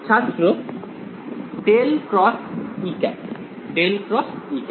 ছাত্র ∇×∇×